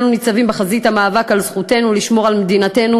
אנו ניצבים בחזית המאבק על זכותנו לשמור על מדינתנו,